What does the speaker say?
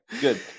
good